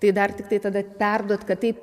tai dar tiktai tada perduot kad taip